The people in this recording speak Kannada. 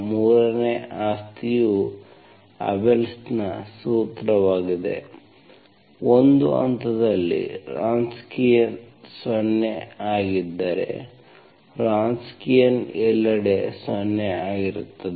3 ನೇ ಆಸ್ತಿಯು ಅಬೆಲ್ಸ್ Abelsನ ಸೂತ್ರವಾಗಿದೆ ಒಂದು ಹಂತದಲ್ಲಿ ವ್ರೊನ್ಸ್ಕಿಯನ್ 0 ಆಗಿದ್ದರೆ ವ್ರೊನ್ಸ್ಕಿಯನ್ ಎಲ್ಲೆಡೆ 0 ಆಗಿರುತ್ತದೆ